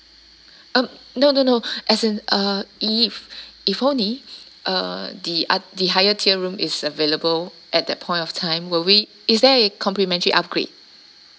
um no no no as in uh if if only uh the oth~ the higher tier room is available at that point of time will we is there a complimentary upgrade